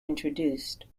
introduced